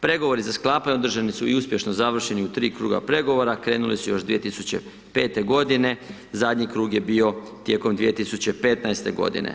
Pregovori za sklapanje održani su i uspješno završeni u 3 kruga pregovora, krenuli su još 2005.-te godine, zadnji krug je bio tijekom 2015.-te godine.